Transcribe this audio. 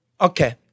Okay